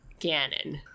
Ganon